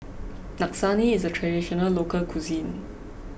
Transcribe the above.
Lasagne is a Traditional Local Cuisine